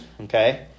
okay